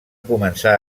començar